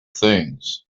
things